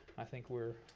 i think we're,